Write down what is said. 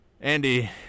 andy